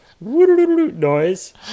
noise